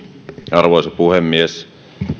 arvoisa puhemies